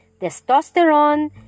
Testosterone